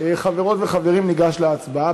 חברות וחברים, ניגש להצבעה.